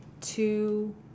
two